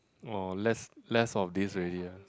orh less less of this already ah